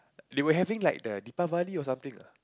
they were having like the Diwali or something lah